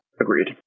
Agreed